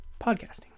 podcasting